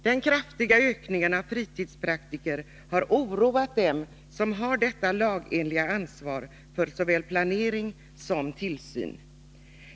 Den kraftiga ökningen av fritidspraktiker har oroat dem som har detta lagenliga ansvar för såväl planering som tillsyn.